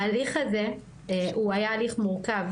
ההליך הזה הוא היה הליך מורכב,